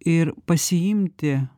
ir pasiimti